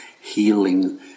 healing